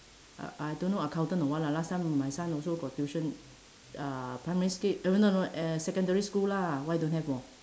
uh I don't know accountant or what lah last time my son also got tuition uh primary sch~ uh no no uh secondary school lah why don't have [wor]